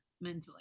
mentally